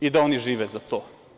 I da oni žive za to.